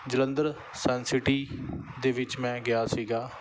Jalandhar Sun City ਦੇ ਵਿੱਚ ਮੈਂ ਗਿਆ ਸੀਗਾ